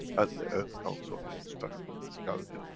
and the earth council in respect to the physicality